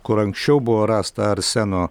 kur anksčiau buvo rasta arseno